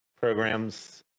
programs